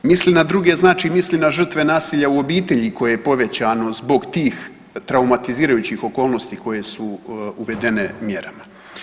Misli na druge znači misli na žrtve nasilja u obitelji koje je povećano zbog tih traumatizirajućih okolnosti koje su uvedene mjerama.